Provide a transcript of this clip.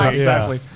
exactly.